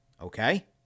Okay